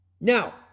Now